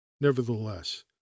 Nevertheless